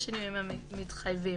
בשינויים המתחייבים.